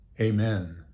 Amen